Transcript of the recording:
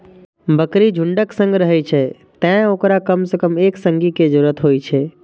बकरी झुंडक संग रहै छै, तें ओकरा कम सं कम एक संगी के जरूरत होइ छै